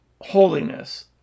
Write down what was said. holiness